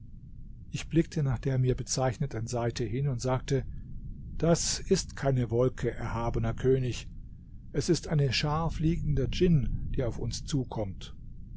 ich blickte nach der mir bezeichneten seite hin und sagte das ist keine wolke erhabener könig es ist eine schar fliegender djinn die auf uns zukommt